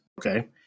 Okay